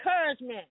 encouragement